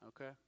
Okay